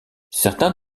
certains